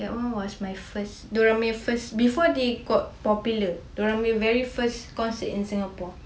that was my first diorang punya first before they got popular diorang punya very first concert in singapore